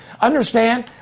understand